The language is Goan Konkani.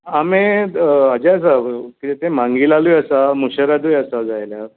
आमे हाजे आसा कितें तें मांगेलाल आसा मुशेरादय आसा जाय जाल्यार